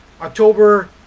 October